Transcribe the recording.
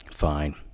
Fine